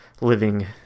Living